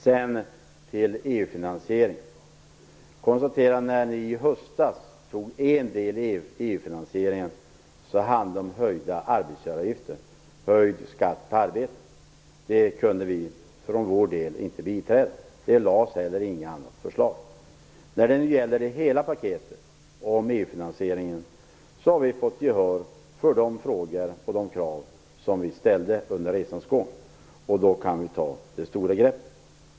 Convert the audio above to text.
Sedan till finansieringen av EU-medlemsavgiften. När ni i höstas tog upp en del i EU-finansieringen handlade det om höjda arbetsgivaravgifter, höjd skatt på arbete. Det kunde vi för vår del inte biträda. Det lades inte heller fram något annat förslag. När det nu gäller hela paketet om EU-finansieringen har vi fått gehör för de krav som vi ställde under resans gång. Då kan vi ta det stora greppet.